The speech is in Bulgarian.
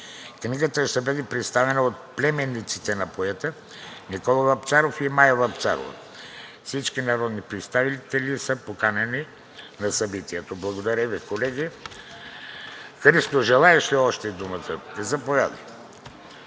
Книгата ще бъде представена от племенниците на поета Никола Вапцаров и Мая Вапцарова. Всички народни представители са поканени на събитието. Благодаря Ви, колеги. Христо, желаеш ли още думата? Заповядай.